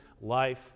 life